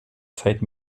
zeit